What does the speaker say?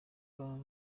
bari